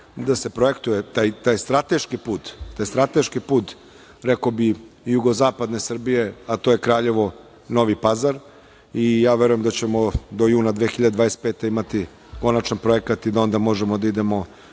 da se projektuje taj strateški put, rekao bih, jugozapadne Srbije, a to je Kraljevo-Novi Pazar. Verujem da ćemo do juna 2025. godine imati konačan projekat i da onda možemo da idemo